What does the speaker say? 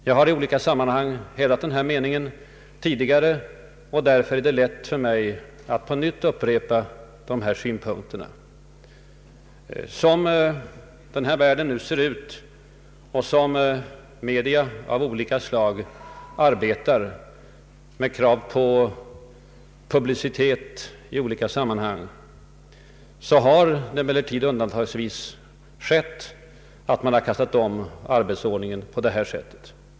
Jag har i olika sammanhang hävdat denna mening tidigare, och därför är det lätt för mig att på nytt upprepa dessa synpunkter; Såsom världen nu ser ut och som media av olika slag arbetar med krav på publicitet i olika sammanhang har det emellertid undantagsvis skett att man har kastat om arbetsordningen på detta sätt.